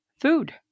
Food